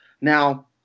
Now